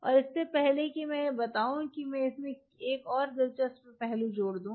और इससे पहले कि मैं यह बताऊं कि मैं इसमें एक और दिलचस्प पहलू जोड़ दूं